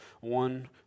one